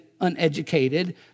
uneducated